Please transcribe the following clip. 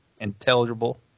intelligible